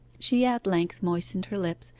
she at length moistened her lips,